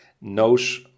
knows